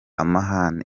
amahane